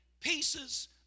pieces